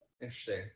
Interesting